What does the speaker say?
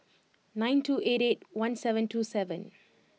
nine two eighty eight one seven two seven